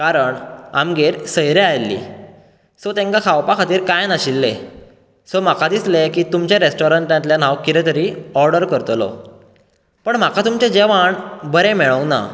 कारण आमगेर सयऱ्यां आयल्ली सो तेंका खावपा खातीर कांय नाशिल्ले सो म्हाका दिसलें की तुमच्या रेस्टोरंटांतल्यान हांव कितें तरी ऑर्डर करतलो पूण म्हाका तुमचेॆ जेवण बरें मेळोंक ना